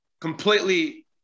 completely